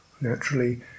naturally